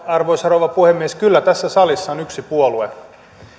arvoisa rouva puhemies kyllä tässä salissa on yksi puolue